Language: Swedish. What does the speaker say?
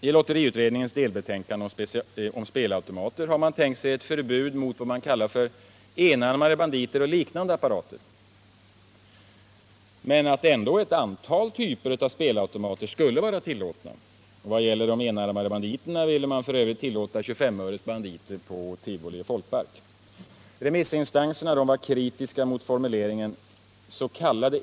I lotteriutredningens delbetänkande om spelautomater har man tänkt sig ett förbud mot ”s.k. enarmade banditer och liknande apparater” men att likväl ett antal typer av spelautomater skulle vara tillåtna. Vad gäller de enarmade banditerna vill man f. ö. tillåta 25-öresbanditer på tivoli och i folkpark. Remissinstanserna var kritiska mot formuleringen ”s.k.